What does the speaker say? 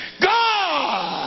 God